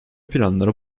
planları